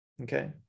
Okay